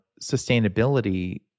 sustainability